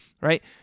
Right